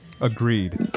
Agreed